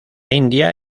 india